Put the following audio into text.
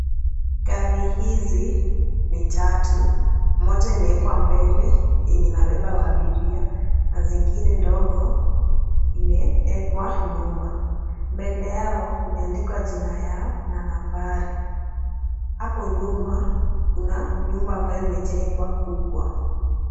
Gari hizi ni tatu. Moja imewekwa mbele yenye inabeba abiria na zingine ndogo imewekwa nyuma. Mbele yao imeandikwa jina yao na nambari. Hapo nyuma kuna nyumba ambayo imejengwa kubwa.